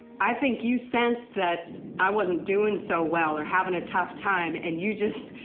i think you sensed that i wasn't doing so well or having a tough time and you just